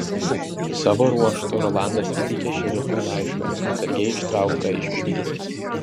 savo ruožtu rolandas įteikė šerifui laišką atsargiai ištrauktą iš piniginės